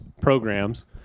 programs